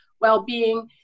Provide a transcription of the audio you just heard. well-being